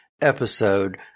episode